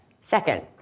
second